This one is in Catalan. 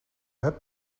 web